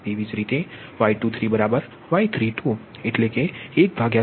એ જ રીતે Y23 Y32 જે 1 Z23 છે